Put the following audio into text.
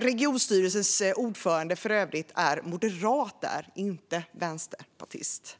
Regionstyrelsens ordförande är för övrigt moderat, inte vänsterpartist.